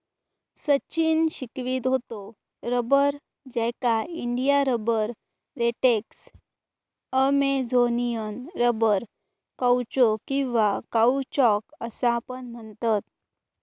सचिन शिकवीत होतो रबर, ज्याका India rubber, latex, Amazonian rubber, कौचो किंवा काउचॉक असा पण म्हणतत